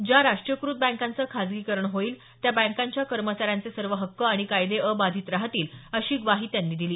ज्या राष्ट्रीयकृत बँकांचं खासगीकरण होईल त्या बँकांच्या कर्मचाऱ्यांचे सर्व हक्क आणि फायदे अबाधित राहतील अशी ग्वाही सीतारामन यांनी दिली